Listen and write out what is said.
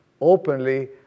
openly